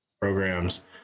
programs